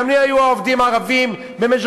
אנחנו צריכים להגן על